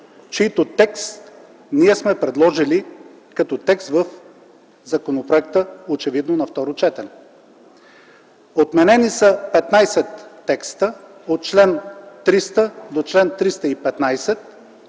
чийто текст ние сме предложили в законопроекта, очевидно на второ четене. Отменени са 15 текста от чл. 300 до чл. 315